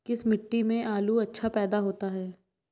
किस मिट्टी में आलू अच्छा पैदा होता है?